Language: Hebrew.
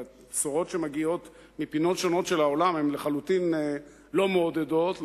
והבשורות שמגיעות מפינות שונות של העולם הן לחלוטין לא מעודדות,